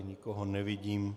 Nikoho nevidím.